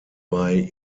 bei